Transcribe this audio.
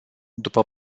după